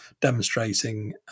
demonstrating